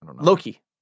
Loki